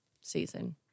season